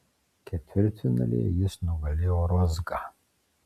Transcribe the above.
ketvirtfinalyje jis nugalėjo rozgą